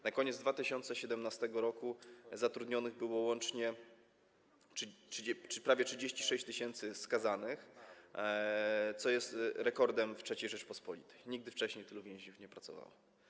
Na koniec 2017 r. zatrudnionych było łącznie prawie 36 tys. skazanych, co jest rekordem w III Rzeczypospolitej, nigdy wcześniej tylu więźniów nie pracowało.